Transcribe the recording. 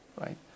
Right